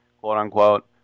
quote-unquote